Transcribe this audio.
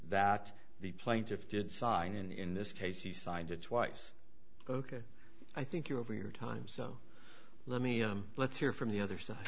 that the plaintiff did sign and in this case he signed it twice ok i think you're over your time so let me let's hear from the other side